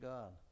God